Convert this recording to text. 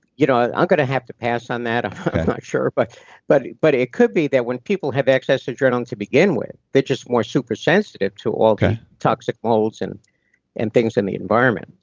you know ah i'm going to have to pass on that, i'm not sure. but but but it could be that when people have excess adrenaline to begin with, they're just more super sensitive to all the toxic molds and and things in the environment.